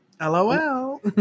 LOL